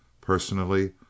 Personally